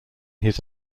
his